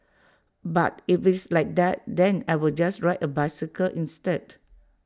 but if it's like that then I will just ride A bicycle instead